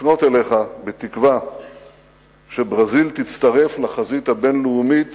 לפנות אליך בתקווה שברזיל תצטרף לחזית הבין-לאומית